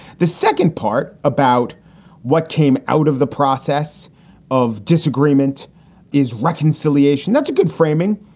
the second part about what came out of the process of disagreement is reconciliation. that's a good framing.